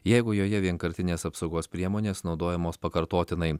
jeigu joje vienkartinės apsaugos priemonės naudojamos pakartotinai